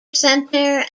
center